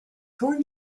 going